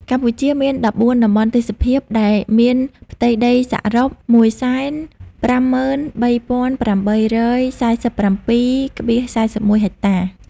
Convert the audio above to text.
កម្ពុជាមាន ១៤ តំបន់ទេសភាព ដែលមានផ្ទៃដីសរុប ១៥៣,៨៤៧.៤១ ហិកតា។